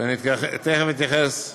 שאני תכף אתייחס אליו?